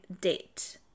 date